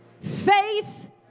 Faith